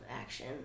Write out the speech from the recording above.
action